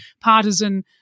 partisan